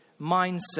mindset